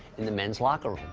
in the men's locker